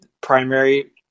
primary